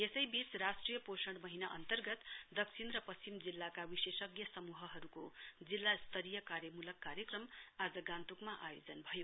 यसवीच राष्ट्रिय पोषण महीना अन्तर्गत दक्षिण र पश्चिम जिल्लाका विशेषज्ञ समूहहरूको जिल्ला स्तरीय कार्यमूलक कार्यक्रम आज गान्तोकमा आयोजन भयो